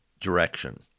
direction